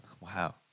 Wow